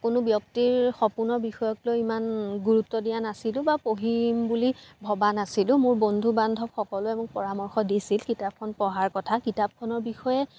কোনো ব্য়ক্তিৰ সপোনৰ বিষয়ক লৈ ইমান গুৰুত্ব দিয়া নাছিলোঁ বা পঢ়িম বুলি ভবা নাছিলোঁ মোৰ বন্ধু বান্ধৱ সকলোৱে মোক পৰামৰ্শ দিছিল কিতাপখন পঢ়াৰ কথা কিতাপখনৰ বিষয়ে